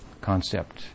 concept